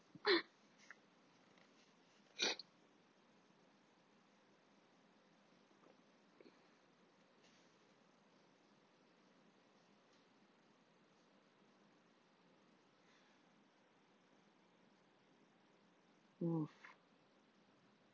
!whoa!